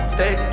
Stay